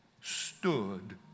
stood